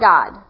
God